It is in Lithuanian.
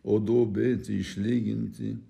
o duobėti išlyginti